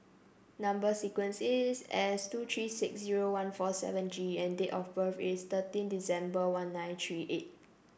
number sequence is S two three six zero one four seven G and date of birth is thirteen December one nine three eight